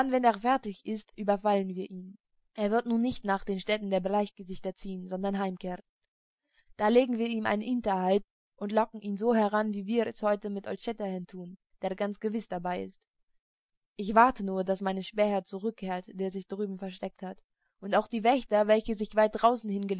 wenn er fertig ist überfallen wir ihn er wird nun nicht nach den städten der bleichgesichter ziehen sondern heimkehren da legen wir ihm einen hinterhalt oder locken ihn so heran wie wir es heut mit old shatterhand tun der ganz gewiß dabei ist ich warte nur daß mein späher zurückkehrt der sich drüben versteckt hat und auch die wächter welche sich weit draußen